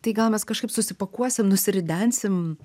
tai gal mes kažkaip susipakuosim nusiridensim